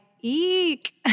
eek